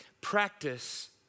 Practice